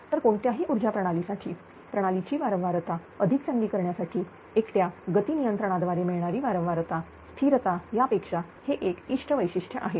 तर कोणत्याही ऊर्जा प्रणालीसाठीप्रणालीची वारंवारता अधिक चांगली करण्यासाठी एकट्या गती नियंत्रणा द्वारे मिळणारी वारंवारता स्थिरता यापेक्षा हे एक इष्ट वैशिष्ट्य आहे